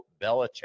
Belichick